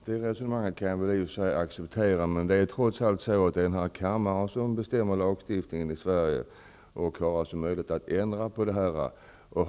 Herr talman! Jag kan i och för sig acceptera det resonemanget. Men det är trots allt så att det är den här kammaren som bestämmer lagstiftningen i Sverige och som har möjlighet att ändra bestämmelser.